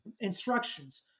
instructions